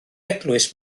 eglwys